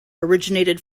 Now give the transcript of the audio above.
originated